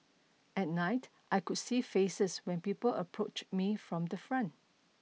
at night I could see faces when people approached me from the front